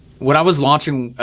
when i was launching,